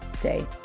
day